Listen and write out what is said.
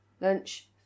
Lunch